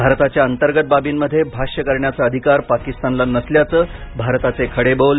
भारताच्या अंतर्गत बाबींमध्ये भाष्य करण्याचा अधिकार पाकिस्तानला नसल्याचे भारताचे खडे बोल